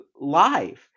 live